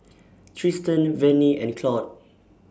Tristan Vannie and Claude